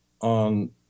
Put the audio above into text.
On